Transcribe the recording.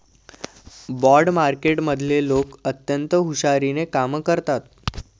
bond मार्केटमधले लोक अत्यंत हुशारीने कामं करतात